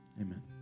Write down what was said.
amen